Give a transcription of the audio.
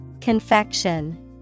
Confection